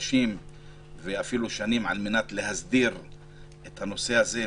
חודשים ואפילו שנים, על מנת להסדיר את הנושא הזה.